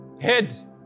head